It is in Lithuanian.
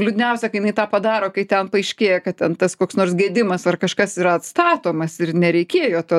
liūdniausia ka jinai tą padaro kai ten paaiškėja kad tas koks nors gedimas ar kažkas yra atstatomas ir nereikėjo to